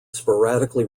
sporadically